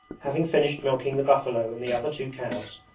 having finished milking the buffalo and the other two cows,